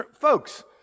Folks